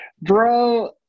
Bro